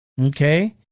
Okay